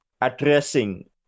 addressing